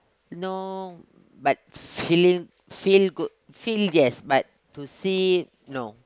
no but feeling feel good feel yes but to see no